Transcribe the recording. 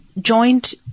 joint